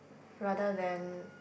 rather than